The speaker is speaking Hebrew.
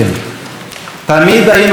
תמיד היינו חברה מגוונת: